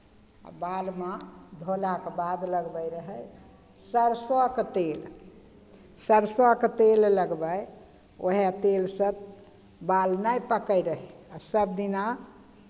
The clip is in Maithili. आ बालमे धोलाके बाद लगबैत रहय सरिसौके तेल सरसौके तेल लगबय उएह तेलसँ बाल नहि पकैत रहय आ सभ दिना